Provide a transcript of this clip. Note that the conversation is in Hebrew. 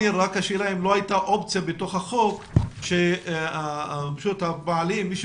השאלה אם לא הייתה אופציה בתוך החוק שמי שמפעיל